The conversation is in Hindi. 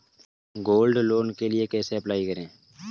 गोल्ड लोंन के लिए कैसे अप्लाई करें?